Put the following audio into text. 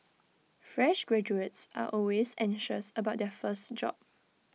fresh graduates are always anxious about their first job